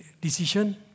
decision